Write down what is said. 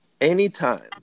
anytime